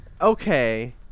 okay